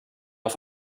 auf